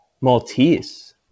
Maltese